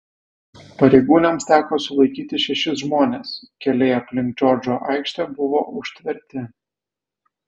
pareigūnams teko sulaikyti šešis žmones keliai aplink džordžo aikštę buvo užtverti